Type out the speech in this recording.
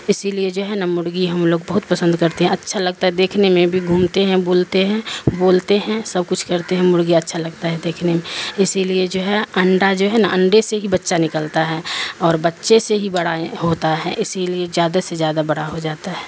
اسی لیے جو ہے نا مرغی ہم لوگ بہت پسند کرتے ہیں اچھا لگتا ہے دیکھنے میں بھی گھومتے ہیں بولتے ہیں بولتے ہیں سب کچھ کرتے ہیں مرغی اچھا لگتا ہے دیکھنے میں اسی لیے جو ہے انڈا جو ہے نا انڈے سے ہی بچہ نکلتا ہے اور بچے سے ہی بڑا ہوتا ہے اسی لیے جیادہ سے زیادہ بڑا ہو جاتا ہے